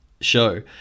show